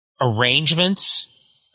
arrangements